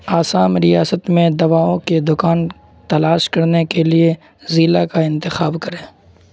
آسام ریاست میں دواؤں کے دکان تلاش کرنے کے لیے ضلع کا انتخاب کریں